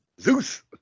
Zeus